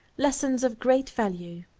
lessons of great value.